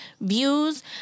views